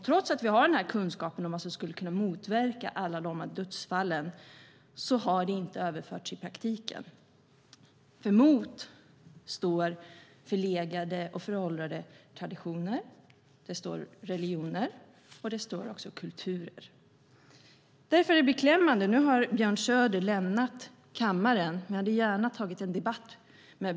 Trots att vi har denna kunskap om vad som skulle kunna motverka alla dessa dödsfall har den inte överförts i praktiken, för mot står förlegade och föråldrade traditioner, religioner och kulturer. Nu har Björn Söder lämnat kammaren, men jag hade gärna tagit en debatt med honom.